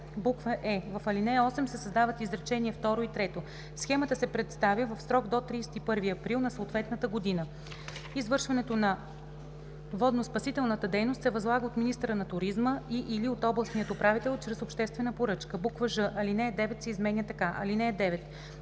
е) в ал. 8 се създават изречения второ и трето: “Схемата се представя в срок до 31 април на съответната година. Извършването на водноспасителната дейност се възлага от министъра на туризма и/или от областния управител чрез обществена поръчка.“; ж) алинея 9 се изменя така: „(9)